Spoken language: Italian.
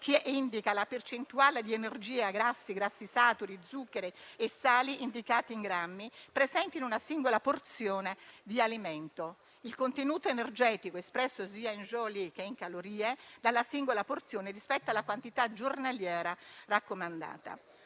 che indica la percentuale di energia (grassi, grassi saturi, zuccheri e sali) indicati in grammi presenti in una singola porzione di alimento e il contenuto energetico espresso sia in joule, che in calorie della singola porzione rispetto alla quantità giornaliera raccomandata.